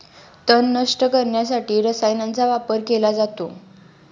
तण नष्ट करण्यासाठी रसायनांचा वापर केला जातो